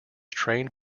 trained